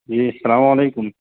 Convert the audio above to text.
جی السلام علیکم